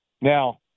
now